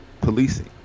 policing